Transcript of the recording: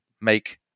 make